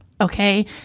okay